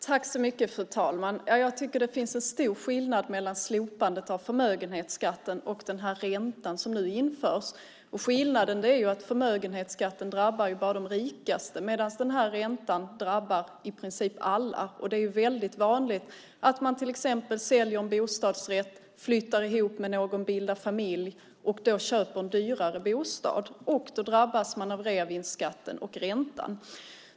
Fru talman! Jag tycker att det finns en stor skillnad mellan slopandet av förmögenhetsskatten och den ränta som nu införs. Skillnaden är att förmögenhetsskatten bara drabbar de rikaste medan den här räntan drabbar i princip alla. Det är väldigt vanligt att man till exempel säljer en bostadsrätt, flyttar ihop med någon, bildar familj och då köper en dyrare bostad. Då drabbas man av reavinstskatten och räntan.